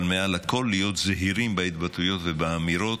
אבל מעל הכול להיות זהירים בהתבטאויות ובאמירות,